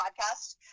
podcast